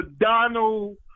Donald